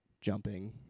jumping